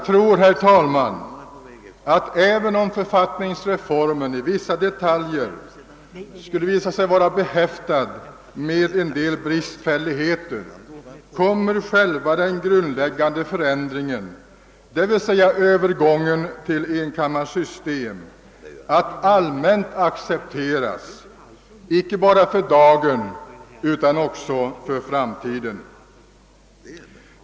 Även om författningsreformen i vissa detaljer skulle visa sig vara behäftad med bristfälligheter, så tror jag, herr talman, att själva den grundläggande förändringen, d. v. s. övergången till enkammarsystem, kommer att allmänt accepteras icke bara för dagen utan också för framtiden.